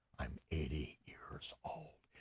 i'm eighty years old.